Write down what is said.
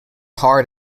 hard